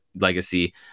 legacy